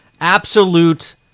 Absolute